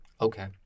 Okay